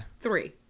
three